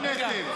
אתם מיניתם.